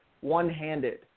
one-handed